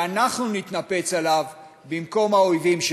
שאנחנו נתנפץ עליו במקום האויבים שלנו.